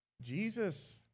Jesus